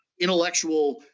intellectual